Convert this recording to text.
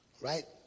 Right